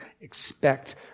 expect